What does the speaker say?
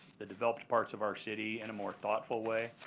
the developed parts of our city in a more thoughtful way